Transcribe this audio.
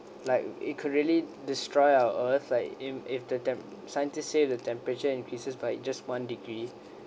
like it could really destroy our earth like if if the temp~ scientists say the temperature increases by just one degree